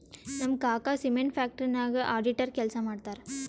ನಮ್ ಕಾಕಾ cement factory ನಾಗ್ ಅಡಿಟರ್ ಕೆಲ್ಸಾ ಮಾಡ್ತಾರ್